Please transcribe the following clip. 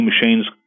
machines